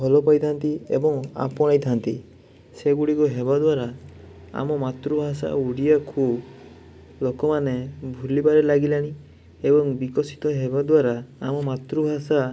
ଭଲ ପାଇଥାନ୍ତି ଏବଂ ଆପଣାଇଥାନ୍ତି ସେଗୁଡ଼ିକ ହେବା ଦ୍ଵାରା ଆମ ମାତୃଭାଷା ଓଡ଼ିଆକୁ ଲୋକମାନେ ଭୁଲିବାରେ ଲାଗିଲେଣି ଏବଂ ବିକଶିତ ହେବା ଦ୍ୱାରା ଆମ ମାତୃଭାଷା